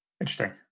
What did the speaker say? Interesting